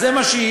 אז זה מה שיהיה.